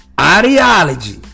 Ideology